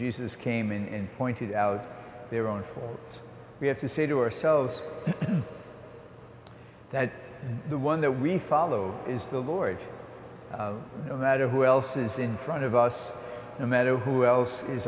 jesus came in pointed out their own for us we have to say to ourselves that the one that we follow is the lord no matter who else is in front of us no matter who else is